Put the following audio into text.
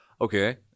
Okay